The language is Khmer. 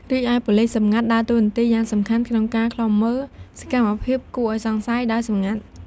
រីឯប៉ូលិសសម្ងាត់ ដើរតួនាទីយ៉ាងសំខាន់ក្នុងការ ឃ្លាំមើលសកម្មភាពគួរឱ្យសង្ស័យ ដោយសម្ងាត់។